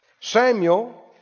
Samuel